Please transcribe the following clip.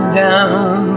down